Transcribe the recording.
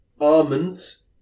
almonds